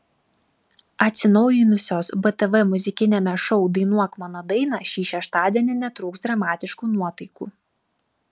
atsinaujinusios btv muzikiniame šou dainuok mano dainą šį šeštadienį netrūks dramatiškų nuotaikų